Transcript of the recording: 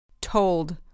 told